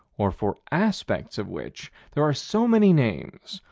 or for aspects of which, there are so many names,